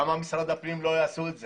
למה משרד הפנים לא יעשה את זה?